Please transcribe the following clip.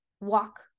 walk